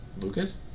Lucas